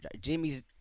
Jimmy's